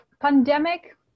pandemic